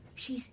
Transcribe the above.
she